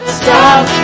stop